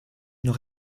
noch